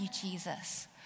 Jesus